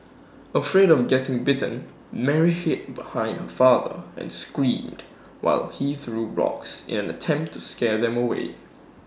afraid of getting bitten Mary hid behind her father and screamed while he threw rocks in an attempt to scare them away